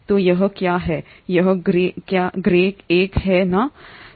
तो यह क्या है यह ग्रे एक है है ना